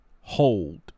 hold